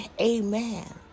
amen